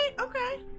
okay